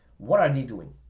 what are they doing?